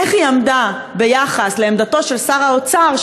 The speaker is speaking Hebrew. איך היא עמדה ביחס לעמדתו של שר האוצר,